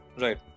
Right